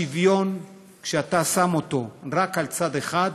השוויון, כשאתה שם אותו רק על צד אחד,